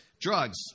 Drugs